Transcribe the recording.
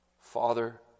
Father